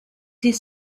his